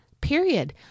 period